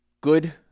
Good